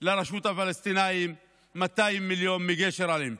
לרשות הפלסטינית, 200 מיליון מגשר אלנבי.